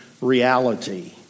reality